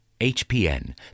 HPN